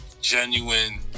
genuine